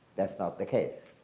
that's not the case.